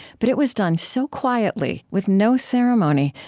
but it was done so quietly, with no ceremony,